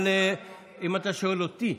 אם אתה שואל אותי,